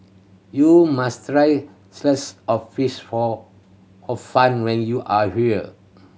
you must sliced or fish for a fun when you are here